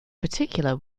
particular